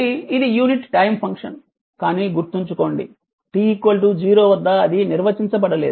కాబట్టి ఇది unit time function కానీ గుర్తుంచుకోండి t 0 వద్ద అది నిర్వచించబడలేదు